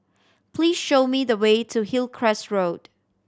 please show me the way to Hillcrest Road